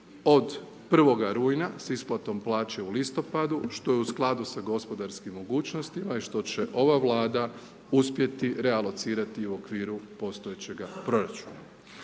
od 1. rujna sa isplatom plaće u listopadu što je u skladu sa gospodarskim mogućnostima i što će ova Vlada uspjeti realocirati u okviru postojećega proračuna.